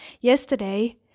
Yesterday